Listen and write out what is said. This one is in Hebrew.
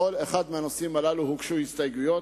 לכל אחד מהנושאים הללו הוגשו הסתייגויות,